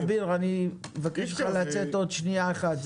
אביר, אני אבקש ממך לצאת עוד שנייה אחת.